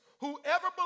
whoever